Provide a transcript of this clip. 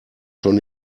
schon